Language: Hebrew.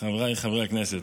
חבריי חברי הכנסת,